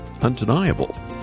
undeniable